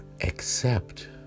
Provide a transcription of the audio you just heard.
accept